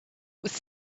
was